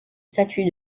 statuts